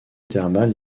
thermale